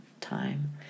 time